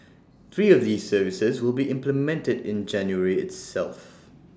three of these services will be implemented in January itself